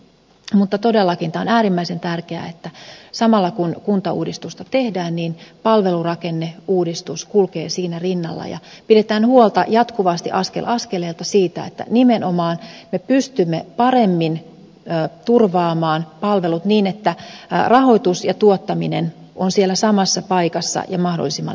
mutta todellakin tämä on äärimmäisen tärkeää että samalla kun kuntauudistusta tehdään palvelurakenneuudistus kulkee siinä rinnalla ja pidetään huolta jatkuvasti askel askeleelta siitä että nimenomaan me pystymme paremmin turvaamaan palvelut niin että rahoitus ja tuottaminen ovat siellä samassa paikassa ja mahdollisimman läpinäkyviä